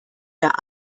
der